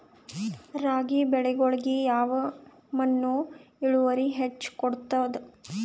ರಾಗಿ ಬೆಳಿಗೊಳಿಗಿ ಯಾವ ಮಣ್ಣು ಇಳುವರಿ ಹೆಚ್ ಕೊಡ್ತದ?